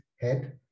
head